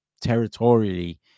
territorially